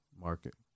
Market